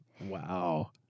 Wow